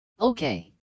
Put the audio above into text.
Okay